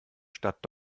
stadt